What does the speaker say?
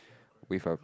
with a